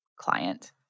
client